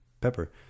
pepper